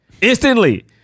instantly